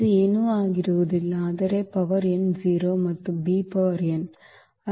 ಇದು ಏನೂ ಆಗಿರುವುದಿಲ್ಲ ಆದರೆ ಪವರ್ n ಜೀರೋ ಮತ್ತು b ಪವರ್ n